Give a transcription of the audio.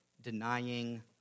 denying